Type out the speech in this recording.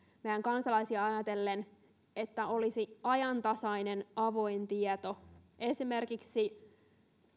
meidän kansalaisia ajatellen että olisi ajantasainen avoin tieto esimerkiksi